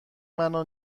منو